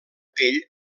pell